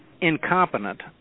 incompetent